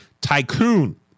tycoon